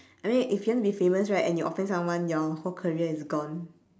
I mean if you want to be famous right and you offend someone your whole career is gone